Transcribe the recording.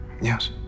Yes